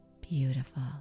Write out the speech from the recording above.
beautiful